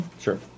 Sure